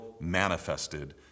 manifested